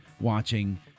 watching